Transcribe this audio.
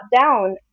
down